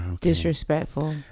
Disrespectful